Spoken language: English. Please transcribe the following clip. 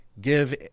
give